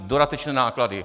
Dodatečné náklady...